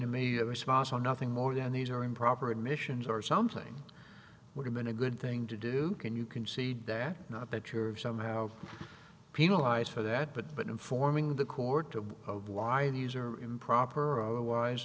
maybe a response on nothing more than these or improper admissions or something would have been a good thing to do can you concede there not that you're somehow penalized for that but informing the court of of why these are improper or otherwise